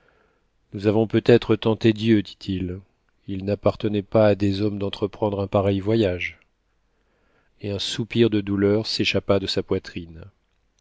nous avons peut-être tenté dieu dit-il il n'appartenait pas à des hommes d'entreprendre un pareil voyage et un soupir de douleur s'échappa de sa poitrine